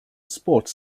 sports